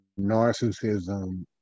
narcissism